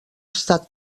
estat